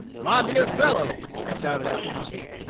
my dear fellow, shouted out crockett,